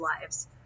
lives